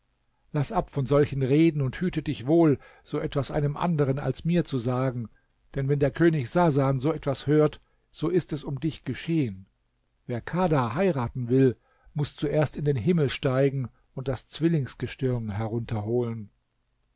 laß ab von solchen reden und hüte dich wohl so etwas einem anderen als mir zu sagen denn wenn der könig sasan so etwas hört so ist es um dich geschehen wer kadha heiraten will muß zuerst in den himmel steigen und das zwillingsgestirn herunterholen